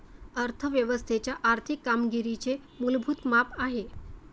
अर्थ व्यवस्थेच्या आर्थिक कामगिरीचे मूलभूत माप आहे